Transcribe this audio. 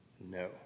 No